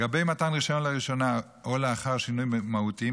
לגבי מתן רישיון לראשונה או לאחר שינויים מהותיים